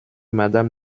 madame